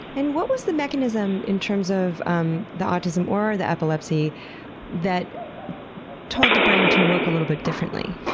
and what was the mechanism in terms of um the autism or or the epilepsy that told the brain to work a little bit differently?